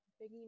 Big